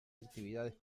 actividades